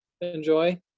enjoy